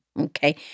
okay